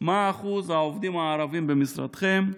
1. מה אחוז העובדים הערבים במשרדכם?